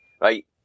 Right